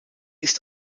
ist